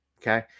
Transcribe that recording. Okay